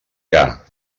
que